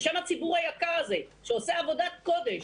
בשם הציבור היקר הזה שעושה עבודת קודש: